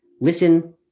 listen